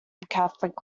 catholic